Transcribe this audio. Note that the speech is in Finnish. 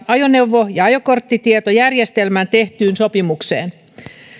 ajoneuvo ja ajokorttitietojärjestelmästä tehtyyn sopimukseen